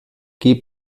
geh